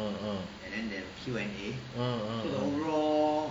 uh uh uh uh uh